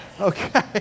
Okay